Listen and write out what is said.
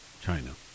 China